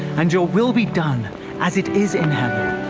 and your will be done as it is in heaven.